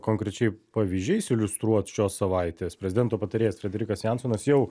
konkrečiai pavyzdžiais iliustruot šios savaitės prezidento patarėjas frederikas jansonas jau